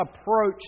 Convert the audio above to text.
approach